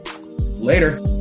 later